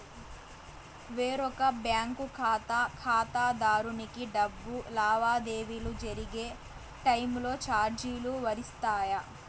వేరొక బ్యాంకు ఖాతా ఖాతాదారునికి డబ్బు లావాదేవీలు జరిగే టైములో చార్జీలు వర్తిస్తాయా?